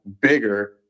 bigger